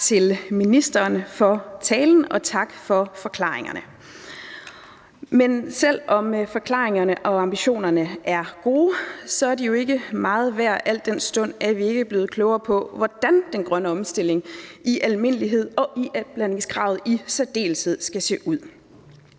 Tak til ministeren for talen, og tak for forklaringerne. Men selv om forklaringerne og ambitionerne er gode, er de jo ikke meget værd, al den stund vi ikke er blevet klogere på, hvordan den grønne omstilling i almindelighed og iblandingskravet i særdeleshed skal se ud.